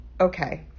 Okay